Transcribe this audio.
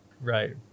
Right